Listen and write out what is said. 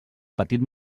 petit